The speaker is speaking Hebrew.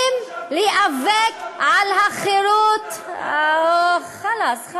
להיאבק על החירות, חלאס.